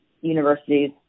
universities